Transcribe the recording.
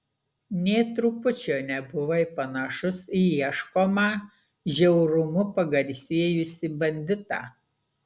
nė trupučio nebuvai panašus į ieškomą žiaurumu pagarsėjusį banditą